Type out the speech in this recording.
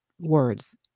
words